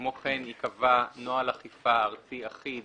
כמו כן ייקבע נוהל אכיפה ארצי אחיד